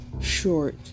Short